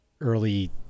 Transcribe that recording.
early